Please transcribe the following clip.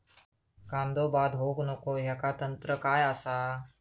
कांदो बाद होऊक नको ह्याका तंत्र काय असा?